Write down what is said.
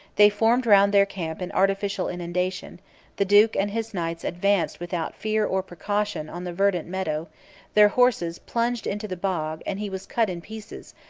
they formed round their camp an artificial inundation the duke and his knights advanced without fear or precaution on the verdant meadow their horses plunged into the bog and he was cut in pieces,